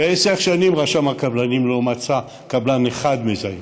ועשר שנים רשם הקבלנים לא מצא קבלן אחד מזייף.